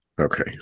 okay